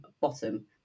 bottom